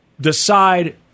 decide